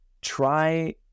try